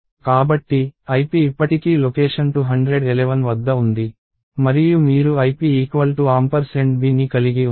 కాబట్టి ip ఇప్పటికీ location 211 వద్ద ఉంది మరియు మీరు ip b ని కలిగి ఉన్నారు